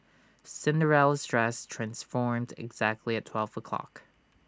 Cinderella's dress transformed exactly at twelve o'clock